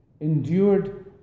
endured